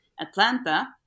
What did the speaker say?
Atlanta